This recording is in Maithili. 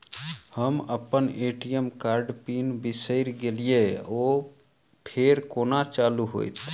हम अप्पन ए.टी.एम कार्डक पिन बिसैर गेलियै ओ फेर कोना चालु होइत?